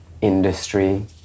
industry